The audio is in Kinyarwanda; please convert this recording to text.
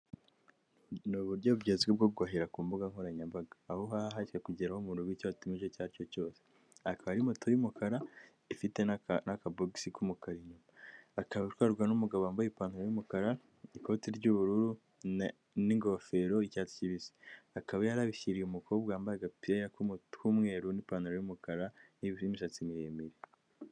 Ni uburyo bugezwe bwo guhaihra ku mbuga nkoranyambaga, aho uha kugeraho umuntu icyo watumije icyo aricyo cyose. Akaba ari moto y'umukara ifite akaboxi kumukara inyumaba itwarwa n' numugabo wambaye ipantaro y'umukara ikoti ry'ubururu n'ingofero icyatsi kibisi. Akaba yarabishyiriye umukobwa wambaye agapira k'umweru n'ipantaro yumukara n' imisatsi miremire.